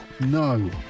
No